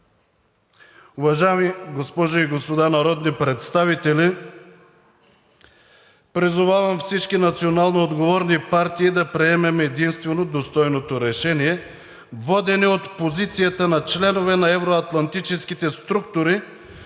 Уважаеми госпожи и господа народни представители, призовавам всички националноотговорни партии да приемем единствено достойното решение, водени от позицията на членове на евро-атлантическите структури,